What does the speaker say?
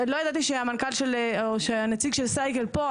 לא ידעתי שהציג של סייקל פה,